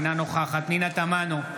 אינה נוכחת פנינה תמנו,